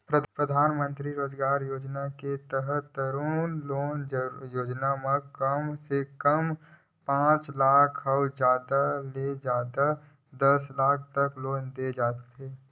परधानमंतरी रोजगार योजना के तहत तरून लोन योजना म कम से कम पांच लाख अउ जादा ले जादा दस लाख तक के लोन दे जाथे